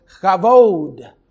chavod